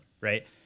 Right